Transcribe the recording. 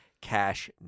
Cash